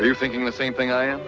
are you thinking the same thing i am